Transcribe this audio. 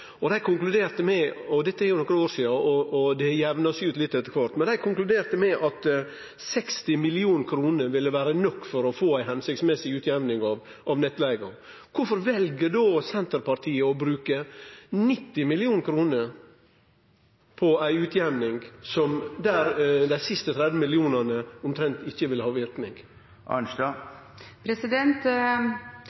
Dei konkluderte med – dette er nokre år sidan, og det jamnar seg ut litt etter kvart – at 60 mill. kr ville vere nok for å få ei hensiktsmessig utjamning av nettleiga. Kvifor vel Senterpartiet då å bruke 90 mill. kr på ei utjamning der dei siste 30 mill. kr omtrent ikkje vil ha